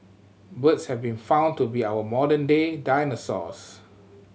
birds have been found to be our modern day dinosaurs